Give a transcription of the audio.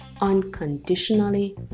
unconditionally